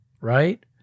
right